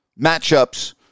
matchups